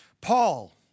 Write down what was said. Paul